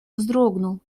вздрогнул